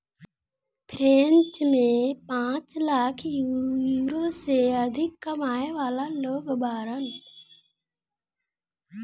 French में पांच lakh euro से अधिक कमाए वाला लोग बाड़न